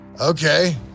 Okay